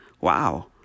wow